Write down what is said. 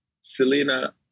Selena